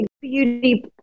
beauty